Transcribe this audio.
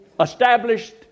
established